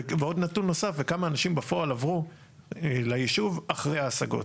עוד נתון נוסף כמה אנשים בפועל עברו ליישוב אחרי ההשגות.